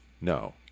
No